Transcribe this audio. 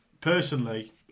Personally